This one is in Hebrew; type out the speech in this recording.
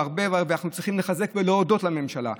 ואנחנו צריכים לחזק ולהודות לממשלה.